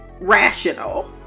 rational